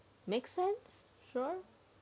make sense